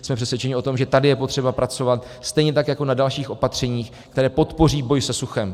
Jsme přesvědčeni o tom, že tady je potřeba pracovat, stejně tak jako na dalších opatřeních, která podpoří boj se suchem.